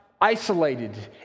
isolated